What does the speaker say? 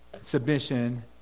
submission